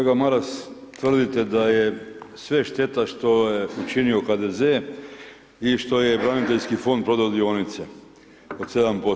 Kolega Maras, tvrdite da je sve šteta što je učinio HDZ i što je braniteljski fond prodao dionice od 7%